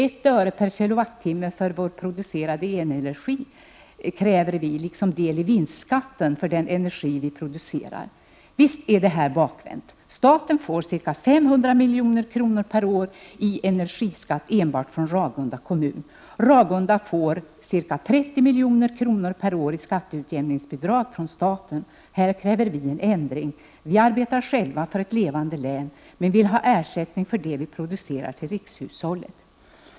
1 öre år i energiskatt enbart från Ragunda kommun. Ragunda får ca 30 milj.kr./år i skatteutjämningsbidrag från staten. Här kräver vi en ändring! Vi arbetar själva för ett levande län, men vi vill ha ersättning för det vi producerar till rikshushållet.